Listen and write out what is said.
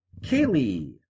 Kaylee